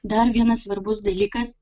dar vienas svarbus dalykas